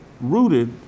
rooted